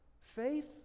Faith